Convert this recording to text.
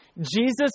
Jesus